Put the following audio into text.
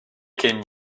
came